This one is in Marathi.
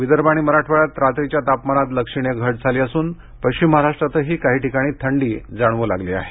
विदर्भ आणि मराठवाड्यात रात्रीच्या तापमानात लक्षणीय घट झाली असून पश्चिम महाराष्ट्रातही काही ठिकाणी थंडी जाणवू लागली आहे